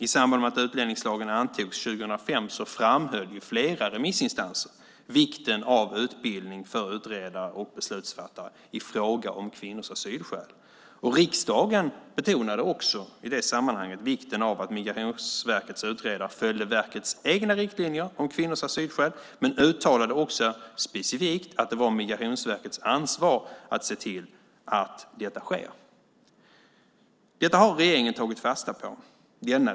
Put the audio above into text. I samband med att utlänningslagen antogs 2005 framhöll flera remissinstanser vikten av utbildning för utredare och beslutsfattare i fråga om kvinnors asylskäl. Riksdagen betonade också i det sammanhanget vikten av att Migrationsverkets utredare följde verkets egna riktlinjer om kvinnors asylskäl och uttalade också specifikt att det var Migrationsverkets ansvar att se till att detta sker. Detta har denna regering tagit fasta på.